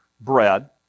bread